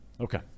Okay